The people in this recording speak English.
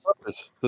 purpose